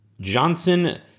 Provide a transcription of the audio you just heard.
Johnson